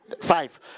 five